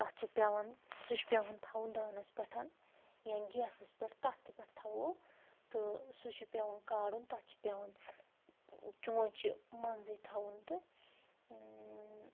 تَتھ چھِ پٮ۪وان سُہ چھُ پٮ۪وان تھاوُن دانَس پٮ۪ٹھ یا گیسَس پٮ۪ٹھ تَتھ تہِ پٮ۪ٹھ تھاوو تہٕ سُہ چھِ پٮ۪وان کارُن تَتھ چھِ پٮ۪وان چونٛچہٕ مَنٛزٕے تھاوُن تہٕ